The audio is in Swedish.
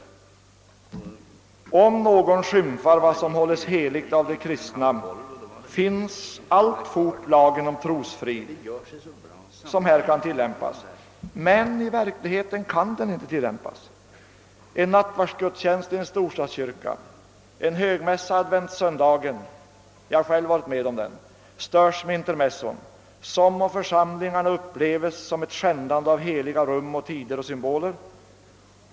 Skymfar någon vad som hålles heligt av de kristna skall alltfort lagen om trosfrid tillämpas, men den kan i verkligheten inte tillämpas. En nattvardsgudstiänst i en storstadskyrka, en högmässa adventssöndagen störes genom intermezzon — jag har själv varit med om det — som av församlingarna uppleves som ett skändande av heliga rum och tider och symboler.